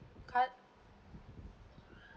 card